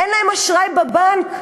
אין להם אשראי בבנק.